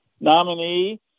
nominee